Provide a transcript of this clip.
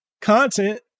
content